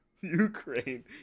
Ukraine